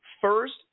first